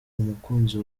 umukunzi